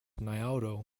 naoto